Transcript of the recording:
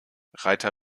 reiter